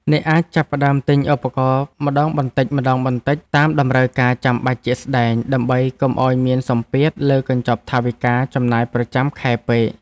អ្នកអាចចាប់ផ្តើមទិញឧបករណ៍ម្តងបន្តិចៗតាមតម្រូវការចាំបាច់ជាក់ស្តែង ដើម្បីកុំឱ្យមានសម្ពាធលើកញ្ចប់ថវិកាចំណាយប្រចាំខែពេក។